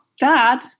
dad